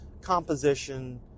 composition